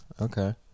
okay